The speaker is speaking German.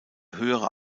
höhere